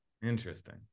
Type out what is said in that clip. interesting